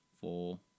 four